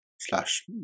slash